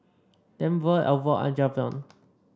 Denver Alford and Javion